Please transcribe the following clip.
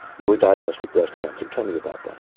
you were diagnosed with breast cancer. tell me about that.